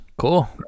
Cool